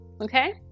okay